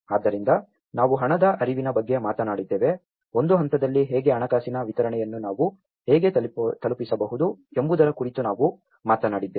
ಆದ್ದರಿಂದ ನಾವು ಹಣದ ಹರಿವಿನ ಬಗ್ಗೆ ಮಾತನಾಡಿದ್ದೇವೆ ಒಂದು ಹಂತದಲ್ಲಿ ಹೇಗೆ ಹಣಕಾಸಿನ ವಿತರಣೆಯನ್ನು ನಾವು ಹೇಗೆ ತಲುಪಿಸಬಹುದು ಎಂಬುದರ ಕುರಿತು ನಾವು ಮಾತನಾಡಿದ್ದೇವೆ